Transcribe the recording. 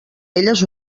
elles